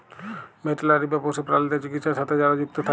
veterinary বা পশু প্রালিদ্যার চিকিৎছার সাথে যারা যুক্ত থাক্যে